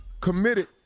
committed